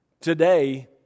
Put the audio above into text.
Today